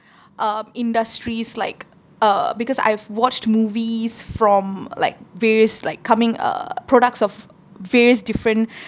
um industries like uh because I have watched movies from like various like coming uh products of various different